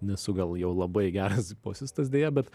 nesu gal jau labai geras bosistas deja bet